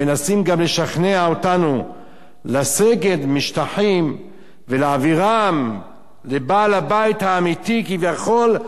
מנסים גם לשכנע אותנו לסגת משטחים ולהעבירם לבעל-הבית האמיתי כביכול,